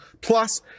plus